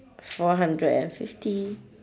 four hundred and fifty